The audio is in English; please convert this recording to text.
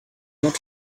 not